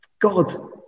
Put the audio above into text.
God